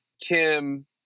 Kim